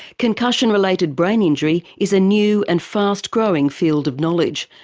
concussion related brain injury is a new and fast growing field of knowledge,